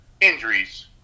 injuries